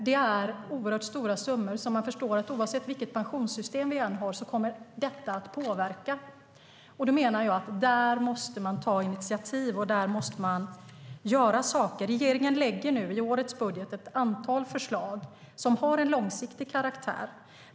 Det handlar om oerhört stora summor, så oavsett vilket pensionssystem vi har kommer det att påverka. Därför menar jag att vi måste ta initiativ och göra saker. Regeringen lägger i årets budget fram ett antal förslag som har en långsiktig karaktär.